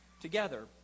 together